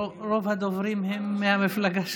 הדוברים הם מהמפלגה שלך.